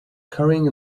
carrying